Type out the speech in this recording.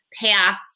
pass